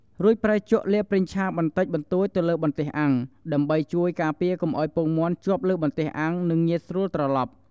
រួចប្រើជក់លាបប្រេងឆាបន្តិចបន្តួចទៅលើបន្ទះអាំង ដើម្បីជួយការពារកុំឱ្យពងមាន់ជាប់លើបន្ទះអាំង និងងាយស្រួលត្រឡប់។